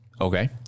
okay